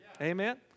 Amen